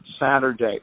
Saturday